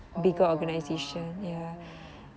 oh ஆமாவா:aamaavaa oh